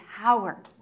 power